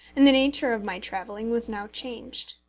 and the nature of my travelling was now changed.